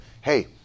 hey